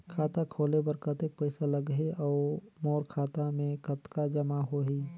खाता खोले बर कतेक पइसा लगही? अउ मोर खाता मे कतका जमा होही?